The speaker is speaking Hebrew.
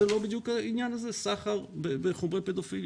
זה לא בדיוק העניין הזה של סחר בחומרי פדופיליה?